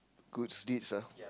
good deeds ah